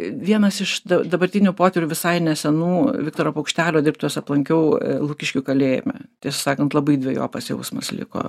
vienas iš da dabartinių potyrių visai nesenų viktoro paukštelio dirbtuves aplankiau lukiškių kalėjime tiesą sakant labai dvejopas jausmas liko